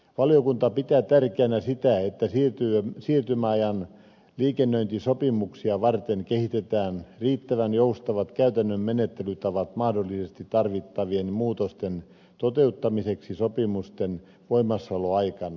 valiokunta pitää tärkeänä sitä että siirtymäajan liikennöintisopimuksia varten kehitetään riittävän joustavat käytännön menettelytavat mahdollisesti tarvittavien muutosten toteuttamiseksi sopimusten voimassaoloaikana